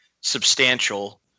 substantial